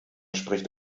spricht